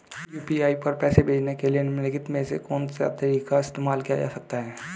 UPI पर पैसे भेजने के लिए निम्नलिखित में से कौन सा तरीका इस्तेमाल किया जा सकता है?